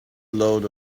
load